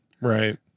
Right